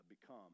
become